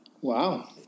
Wow